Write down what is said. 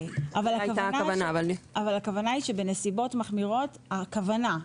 אבל הכוונה היא שבנסיבות מחמירות, הכוונה.